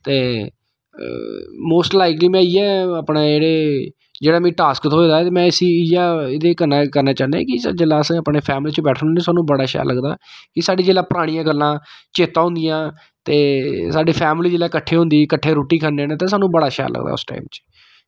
ते most like में इ'यै अपने जेह्ड़े जेह्ड़ा मिगी टास्क थ्होए दा ते में इस्सी इ'यै एह्दे कन्नै कि जेल्लै अस अपनी फैमिली च बैठने होन्ने सानूं बड़ा शैल लगदा एह् साढ़ियां जेल्लै परानियां गल्लां चेत्ता होंदियां ते साढ़ी फैमिली जेल्लै किट्ठे होंदी किट्ठे रुट्टी खन्ने ते सानूं बड़ा शैल लगदा उस टैम च